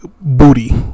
booty